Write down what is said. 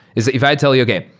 is if i tell you, okay,